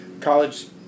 college